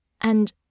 And